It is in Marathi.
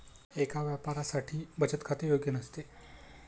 एका व्यापाऱ्यासाठी बचत खाते योग्य नसते